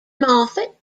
moffat